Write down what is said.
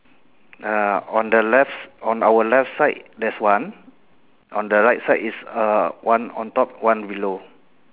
uh on the left on our left side that's one on the right side is uh one on top one below